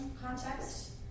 context